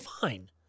fine